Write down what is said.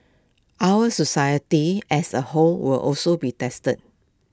our society as A whole will also be tested